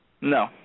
No